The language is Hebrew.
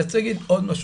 אני רוצה להגיד עוד משהו,